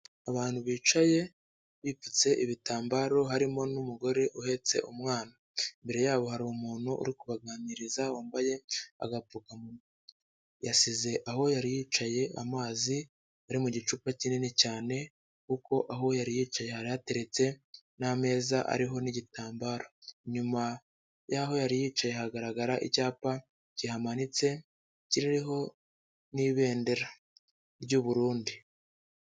Abantu bicaye bipfutse ibitambaro, harimo n'umugore uhetse umwana. Imbere yabo hari umuntu uri kubaganiriza, wambaye agapfukamunwa. Yasize aho yari yicaye amazi, ari mu gicupa kinini cyane kuko aho yari yicaye hari hateretse n'ameza ariho n'igitambaro. Inyuma y'aho yari yicaye hagaragara icyapa kihamanitse, kiriho n'ibendera ry'u Burundi.